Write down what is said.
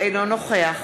אינו נוכח